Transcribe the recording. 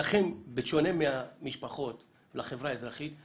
בשונה מהמשפחות והחברה האזרחית,